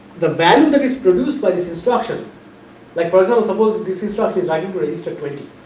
the value that is produced by this instruction like for example, suppose this instruction is writing to register twenty